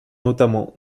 notamment